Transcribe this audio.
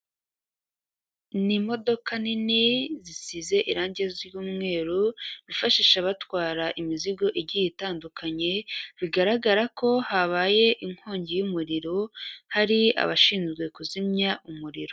Ni Imodoka nini zisize irangi ry'umweru, bifashisha batwara imizigo igiye itandukanye, bigaragara ko habaye inkongi y'umuriro, hari abashinzwe kuzimya umuriro.